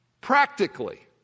Practically